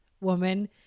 woman